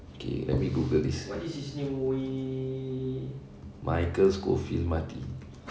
okay let me google this michael scofield mati